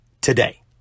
today